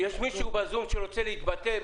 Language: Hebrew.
מישהו ב"זום" שרוצה להתבטא?